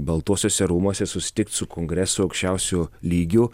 baltuosiuose rūmuose susitikt su kongresu aukščiausiu lygiu